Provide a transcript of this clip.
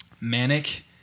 Manic